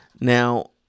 Now